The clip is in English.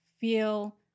feel